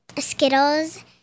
Skittles